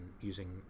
using